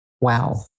wow